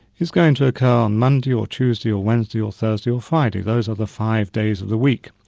it's going to occur on monday or tuesday or wednesday or thursday or friday. those are the five days of the week.